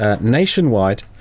nationwide